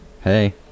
Hey